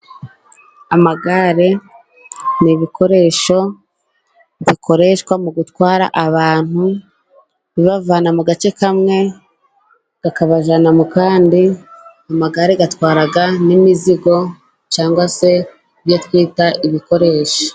Amagare n'ibikoresho bikoreshwa mu gutwara abantu bibavana mu gace kamwe, akabajyana mu kandi amagare atwara n'imizigo cyangwa se ibyo twita ibikoresho.